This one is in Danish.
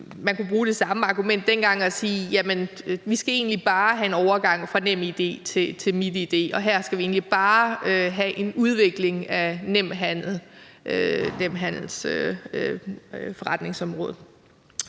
Man kunne bruge det samme argument dengang og sige: Jamen vi skal egentlig bare have en overgang fra NemID til MitID, og her skal vi egentlig bare have en udvikling af forretningsområdet